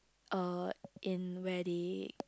uh in where they